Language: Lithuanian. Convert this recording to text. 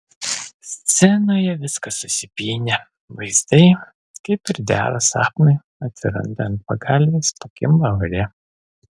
scenoje viskas susipynę vaizdai kaip ir dera sapnui atsiranda ant pagalvės pakimba ore